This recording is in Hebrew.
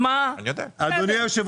אדוני היושב